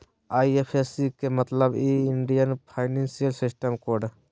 IFSC के मतलब हइ इंडियन फाइनेंशियल सिस्टम कोड